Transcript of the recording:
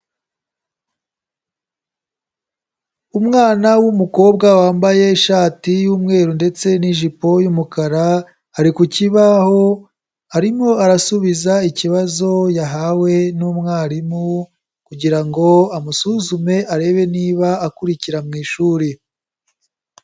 Umwana w'umukobwa wambaye ishati y'umweru ndetse n'ijipo y'umukara, ari ku kibaho, arimo arasubiza ikibazo yahawe n'umwarimu, kugira ngo amusuzume arebe niba akurikira mu ishuri.